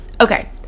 okay